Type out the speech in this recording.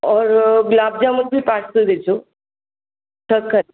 और गुलाब जामुन बि पार्सल ॾिजो छह खनि